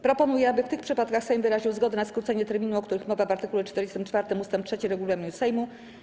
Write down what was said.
Proponuję, aby w tych przypadkach Sejm wyraził zgodę na skrócenie terminu, o którym mowa w art. 44 ust. 3 regulaminu Sejmu.